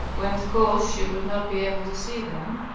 when, of course, she would not be able to see them,